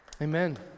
Amen